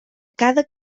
cada